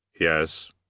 Yes